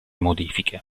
modifiche